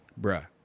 Bruh